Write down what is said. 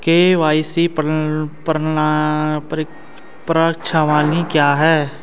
KYC प्रश्नावली क्या है?